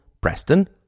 Preston